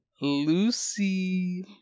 Lucy